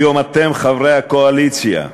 היום אתם, חברי הקואליציה,